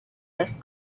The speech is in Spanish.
las